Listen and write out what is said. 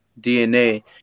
DNA